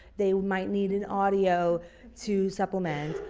they might need an audio to supplement,